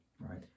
Right